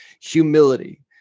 humility